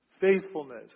faithfulness